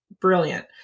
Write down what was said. brilliant